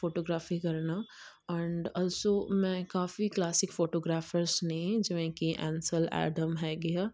photography ਕਰਨਾ and also ਮੈਂ ਕਾਫ਼ੀ ਕਲਾਸਿਕ ਫੋਟੋਗ੍ਰਾਫਰਸ ਨੇ ਜਿਵੇਂ ਕਿ ਐਂਸਲ ਐਡਮ ਹੈਗੇ ਆ